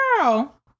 girl